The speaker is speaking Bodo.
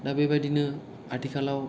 दा बेबादिनो आथिखालाव